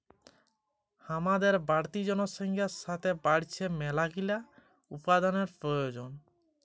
হামাদের বাড়তি জনসংখ্যার সাতে বাইড়ছে মেলাগিলা উপাদানের প্রয়োজন